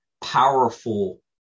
powerful